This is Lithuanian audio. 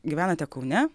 gyvenate kaune